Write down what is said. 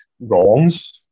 wrongs